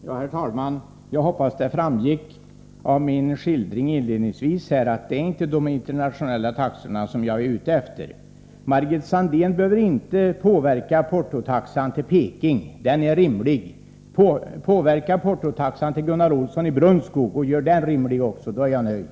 Herr talman! Jag hoppas att det framgick av min skildring inledningsvis att jag inte är ute efter de internationella taxorna. Margit Sandéhn behöver inte påverka portotaxan till Peking. Den är rimlig. Påverka portotaxan till Gunnar Olsson i Brunskog. Gör den rimlig. Då är jag nöjd.